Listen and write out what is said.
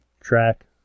track